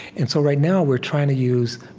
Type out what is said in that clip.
and so right now we're trying to use,